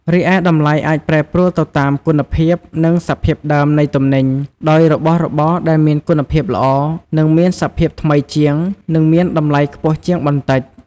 រីឯតម្លៃអាចប្រែប្រួលទៅតាម គុណភាព និងសភាពដើម នៃទំនិញ ដោយរបស់របរដែលមានគុណភាពល្អ និងមានសភាពថ្មីជាង នឹងមានតម្លៃខ្ពស់ជាងបន្តិច។